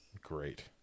Great